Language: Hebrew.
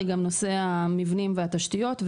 היא גם נושא המבנים והתשתיות,